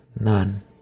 none